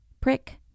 Prick